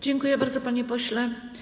Dziękuję bardzo, panie pośle.